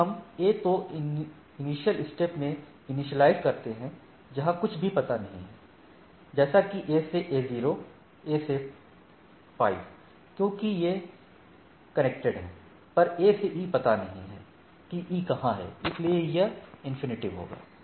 यदि हम A तो इनिशियल स्टेप में इनिशियलाइज करते हैं जहां कुछ भी पता नहीं है जैसे कि A से A0 A से 5 क्योंकि यह कनेक्टेड हैं पर A से E पता नहीं है कि E कहां है इसलिए यह इंफिनिटी होगा